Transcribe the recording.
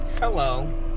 Hello